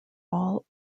all